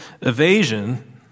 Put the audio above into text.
evasion